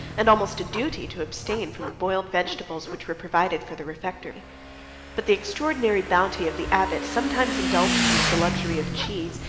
and almost a duty, to abstain from the boiled vegetables which were provided for the refectory but the extraordinary bounty of the abbot sometimes indulged them with the luxury of cheese,